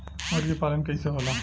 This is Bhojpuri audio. मुर्गी पालन कैसे होला?